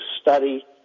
study